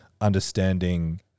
understanding